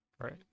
right